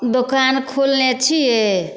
दोकान खोलने छिए